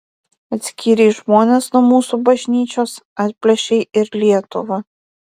atskyrei žmones nuo mūsų bažnyčios atplėšei ir lietuvą